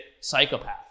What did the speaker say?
psychopath